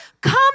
come